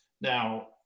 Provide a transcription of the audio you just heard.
Now